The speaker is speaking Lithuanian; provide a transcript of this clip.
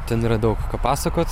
ten yra daug ką pasakot